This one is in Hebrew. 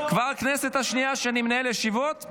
כבר הכנסת השנייה שאני מנהל ישיבות,